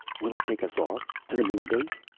will it take us off? to the moon base?